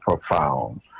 profound